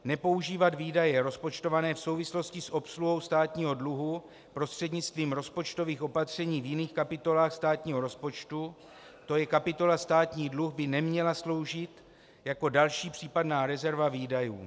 Nepoužívat výdaje rozpočtované v souvislosti s obsluhou státního dluhu prostřednictvím rozpočtových opatření v jiných kapitolách státního rozpočtu, tj. kapitola státní dluh by neměla sloužit jako další případná rezerva výdajů.